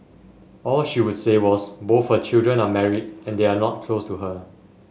all she would say was both her children are married and they are not close to her